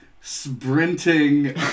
sprinting